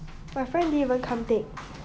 my friend didn't even come take